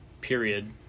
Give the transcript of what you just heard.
period